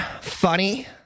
funny